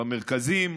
במרכזים,